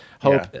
hope